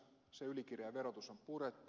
se ylikireä verotus on purettu